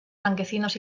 blanquecinos